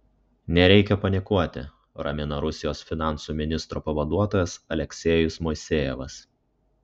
nereikia panikuoti ramina rusijos finansų ministro pavaduotojas aleksejus moisejevas